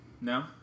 No